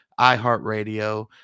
iHeartRadio